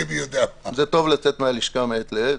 זה טוב לצאת מהלשכה מעת לעת.